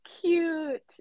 cute